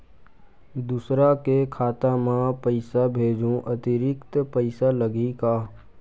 दूसरा के खाता म पईसा भेजहूँ अतिरिक्त पईसा लगही का?